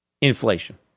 inflation